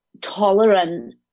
tolerant